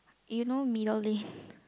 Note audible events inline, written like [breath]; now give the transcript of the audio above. you know middle lane [breath]